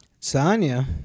Sanya